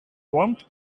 warmth